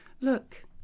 Look